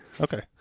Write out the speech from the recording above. Okay